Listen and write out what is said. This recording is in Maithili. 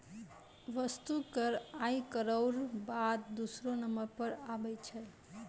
वस्तु कर आय करौ र बाद दूसरौ नंबर पर आबै छै